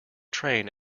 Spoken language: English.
train